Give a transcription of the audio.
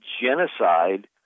genocide